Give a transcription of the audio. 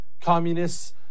Communists